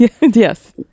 Yes